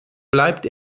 bleibt